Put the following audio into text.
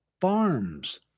farms